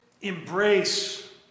embrace